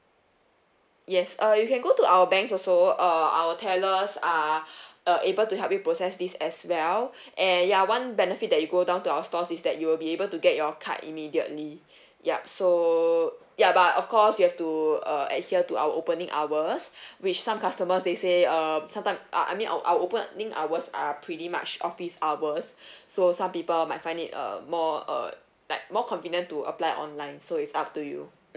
yes uh you can go to our banks also uh our tellers are are able to help you process this as well and ya one benefit that you go down to our stores is that you'll be able to get your card immediately yup so ya but of course you have to uh adhere to our opening hours which some customers they say uh sometime uh I mean our our opening hours are pretty much office hours so some people might find it uh more uh like more convenient to apply online so it's up to you